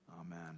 Amen